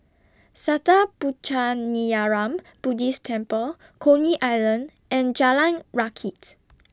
Sattha Puchaniyaram Buddhist Temple Coney Island and Jalan Rakits